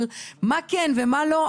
של מה כן ומה לא,